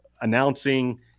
announcing